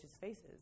faces